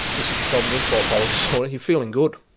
this is the problem with bipolar disorder, you're feeling good,